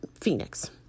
Phoenix